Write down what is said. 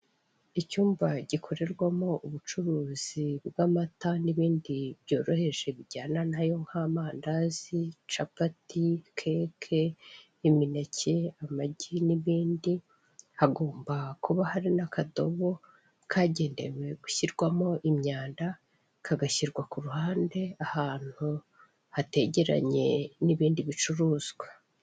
Icyumba gikorerwamo ubucuruzi bw'amata n'ibindi byoroheje bijyana nayo nk'amandazi, capati, keke, imineke, amagi n'ibindi. Hagomba kuba hari akadobo kagenewe gushirwamo imyanda kagashyirwa ku ruhande ahantu hategeranye n'ibindi bicuruzwa.